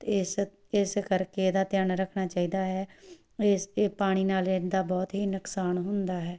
ਅਤੇ ਇਸ ਇਸ ਕਰਕੇ ਇਹਦਾ ਧਿਆਨ ਰੱਖਣਾ ਚਾਹੀਦਾ ਹੈ ਇਸ ਇਹ ਪਾਣੀ ਨਾਲ ਇਹਦਾ ਬਹੁਤ ਹੀ ਨੁਕਸਾਨ ਹੁੰਦਾ ਹੈ